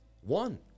one